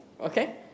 Okay